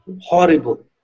horrible